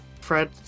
Fred